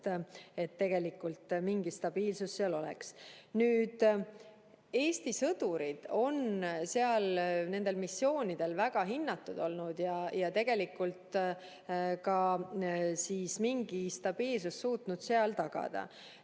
et tegelikult mingi stabiilsus seal oleks. Nüüd, Eesti sõdurid on seal nendel missioonidel väga hinnatud olnud ja tegelikult ka suutnud mingit stabiilsust seal tagada.